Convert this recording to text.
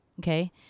Okay